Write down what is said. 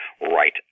Right